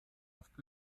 oft